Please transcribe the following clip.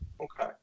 Okay